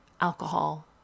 alcohol